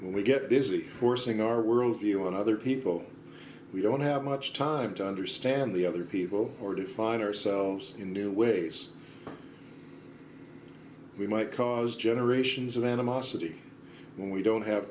and we get busy forcing our worldview on other people we don't have much time to understand the other people or define ourselves in new ways we might cause generations of animosity when we don't have